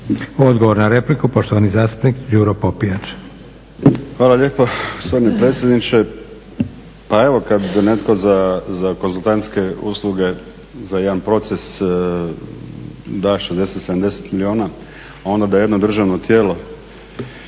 Odgovor na repliku, poštovani zastupnik Đuro Popijač. **Popijač, Đuro (HDZ)** Hvala lijepo gospodine predsjedniče. Pa evo kad netko za konzultantske usluge, za jedan proces da 60-70 milijuna onda da jedno državno tijelo